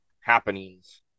happenings